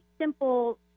simple